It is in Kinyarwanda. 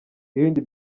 ibi